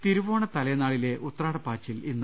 തിരുവോണ തലേനാളിലെ ഉത്രാടപാച്ചിൽ ഇന്ന്